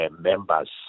members